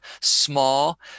small